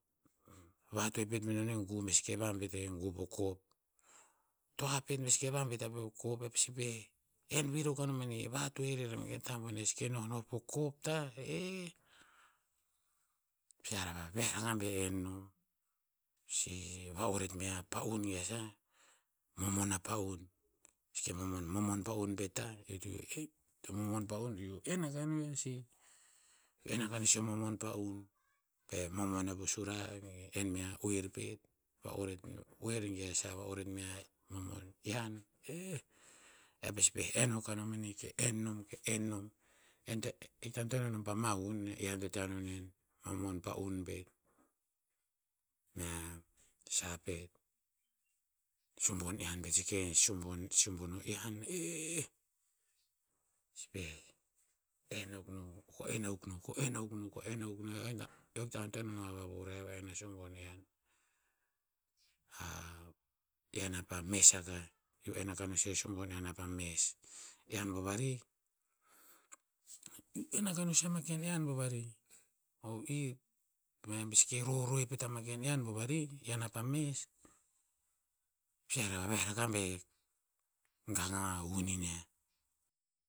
Vatoe pet menon e gu be seke vabet ha e gu po kop. Toa pet be seke vabet yiah po kop, e pasi pa'eh en vir akuk anom manih. Vatoe rer ama ken tah boneh e seke nohnoh po kop tah, eh! Pasi hara va viah raka be en nom. Si va'oret me yiah pa'un ge a sah. Momon a pa'un. Seke momon- momon pa'un pet tah, eo to iu e, momon pa'un to iu en aka no yiah sih. Iu en akah no sih o momon pa'un. Be momon yiah po sura, en me yiah oer pet. Va'oret oer ge a sah. Va 'oret me yiah o momon ian, eh! E pasi pa'eh en akuk anom manih ke en nom- ke en nom. En, e to hikta antoen nom pa mahun. Ian to te ano nen. Momon pa'un pet. Mea sah pet. Subon ian pet subon- subon o ian, eh! Si pa'eh en akuk no- ko en a- kuk no- ko en akuk no- ko en akuk no. Eo hik- eo hikta antoen ano a vavuriah pah en a subon ian. A ian apa mes akah. Iu en akah no si a subon ian apa mes. Ian bovarih, iu en akah no sih ama ken ian bovarih. O i, be seke roroev pet ama ken ian bovarih, ian apa mes, pasi hara va viah raka be gang amahun iniah